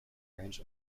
range